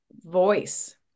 voice